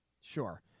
Sure